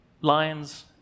Lions